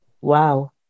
Wow